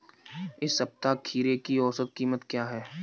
इस सप्ताह खीरे की औसत कीमत क्या है?